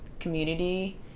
Community